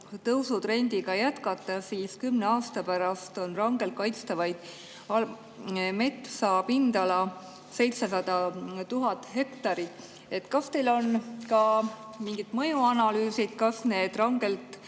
tõusutrendiga jätkata, siis kümne aasta pärast on rangelt kaitstava metsa pindala 700 000 hektarit. Kas teil on ka mingid mõjuanalüüsid, kas need rangelt